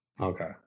Okay